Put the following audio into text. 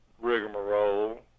rigmarole